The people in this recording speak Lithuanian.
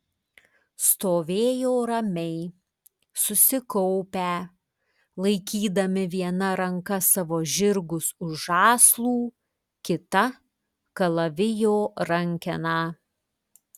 stovėjo ramiai susikaupę laikydami viena ranka savo žirgus už žąslų kita kalavijo rankeną